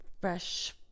fresh